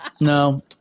No